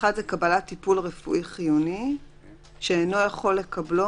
"(1)קבלת טיפול רפואי חיוני שאינו יכול לקבלו"